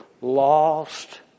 lost